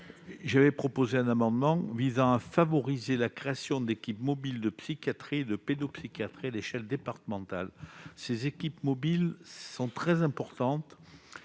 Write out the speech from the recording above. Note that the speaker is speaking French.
J'avais déposé un amendement visant à favoriser la création d'équipes mobiles de psychiatrie et de pédopsychiatrie à l'échelle départementale. De telles équipes mobiles sont très importantes,